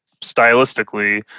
stylistically